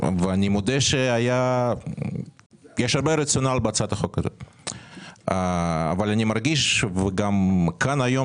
אני מודה שיש הרבה רציונל בחוק אבל אני מרגיש גם היום